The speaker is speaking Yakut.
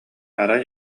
арай